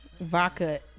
Vodka